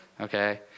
Okay